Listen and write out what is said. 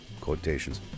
Quotations